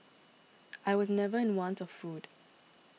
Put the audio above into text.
I was never in any want of food